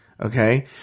Okay